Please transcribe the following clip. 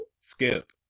Skip